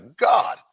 God